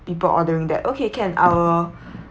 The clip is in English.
people ordering that okay can I will